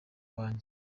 wanjye